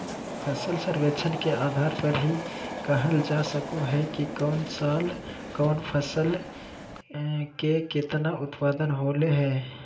फसल सर्वेक्षण के आधार पर ही कहल जा सको हय कि कौन साल कौन फसल के केतना उत्पादन होलय हें